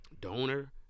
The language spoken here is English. donor